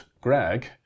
Greg